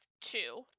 two